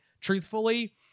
truthfully